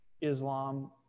Islam